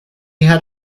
had